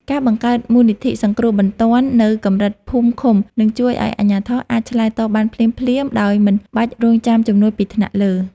ការបង្កើតមូលនិធិសង្គ្រោះបន្ទាន់នៅកម្រិតភូមិឃុំនឹងជួយឱ្យអាជ្ញាធរអាចឆ្លើយតបបានភ្លាមៗដោយមិនបាច់រង់ចាំជំនួយពីថ្នាក់លើ។